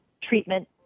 treatment